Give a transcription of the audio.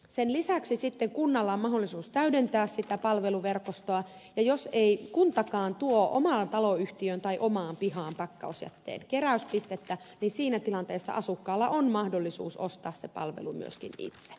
sen lisäksi kunnalla on mahdollisuus täydentää sitä palveluverkostoa ja jos ei kuntakaan tuo omaan taloyhtiöön tai omaan pihaan pakkausjätteen keräyspistettä niin siinä tilanteessa asukkaalla on mahdollisuus ostaa se palvelu myöskin itse